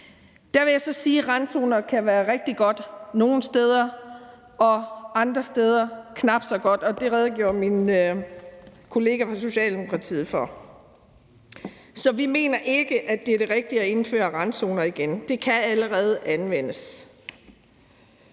Der vil jeg så sige: Randzoner kan være rigtig godt nogle steder og andre steder knap så godt. Det redegjorde min kollega fra Socialdemokratiet for. Så vi mener ikke, at det er det rigtige at indføre randzoner igen. Det kan allerede anvendes.